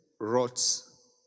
rots